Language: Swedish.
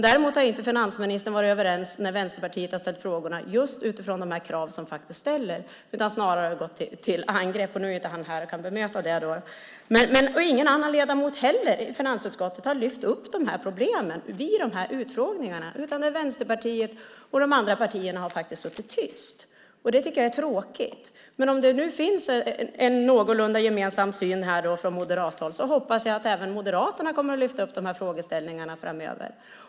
Däremot har finansministern inte varit överens när Vänsterpartiet har ställt frågorna med utgångspunkt i de krav som ställs utan har snarare gått till angrepp. Nu är han inte här för att bemöta detta. Ingen annan ledamot i finansutskottet har lyft upp problemen vid utfrågningarna. De andra partierna har suttit tysta. Det är tråkigt. Om det finns en någorlunda gemensam syn från moderathåll hoppas jag att även Moderaterna kommer att lyfta upp dessa frågor framöver.